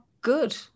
good